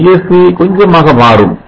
Isc கொஞ்சமாக மாறும்